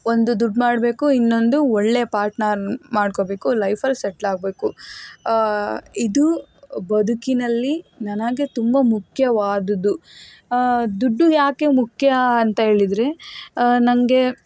ಒಂದು ದುಡ್ಡು ಮಾಡಬೇಕು ಇನ್ನೊಂದು ಒಳ್ಳೆ ಪಾರ್ಟ್ನರ್ ಮಾಡ್ಕೋಬೇಕು ಲೈಫಲ್ಲಿ ಸೆಟ್ಲಾಗಬೇಕು ಇದು ಬದುಕಿನಲ್ಲಿ ನನಗೆ ತುಂಬ ಮುಖ್ಯವಾದದ್ದು ದುಡ್ಡು ಏಕೆ ಮುಖ್ಯ ಅಂತ ಹೇಳಿದರೆ ನನಗೆ